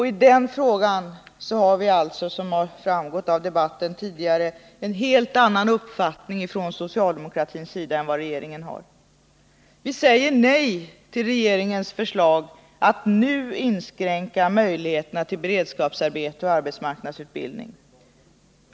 I den frågan har alltså vi socialdemokrater, som framgått av debatten tidigare, en helt annan uppfattning än regeringen. Vi säger nej till regeringens förslag att nu inskränka möjligheterna till beredskapsarbete och arbetsmarknadsutbildning.